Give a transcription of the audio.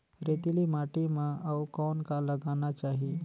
रेतीली माटी म अउ कौन का लगाना चाही?